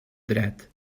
dret